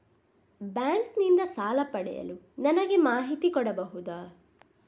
Bank ನಿಂದ ಸಾಲ ಪಡೆಯಲು ನನಗೆ ಮಾಹಿತಿ ಕೊಡಬಹುದ?